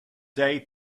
day